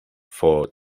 for